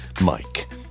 Mike